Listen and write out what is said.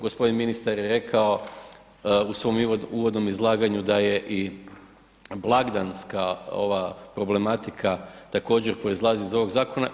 Gospodin ministar je rekao u svom uvodno izlaganju da je i blagdanska ova problematika također proizlazi iz ovog zakona.